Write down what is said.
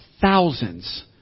thousands